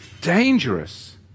dangerous